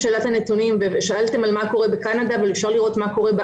אם קודם